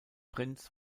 prinz